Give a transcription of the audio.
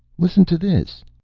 listen to this!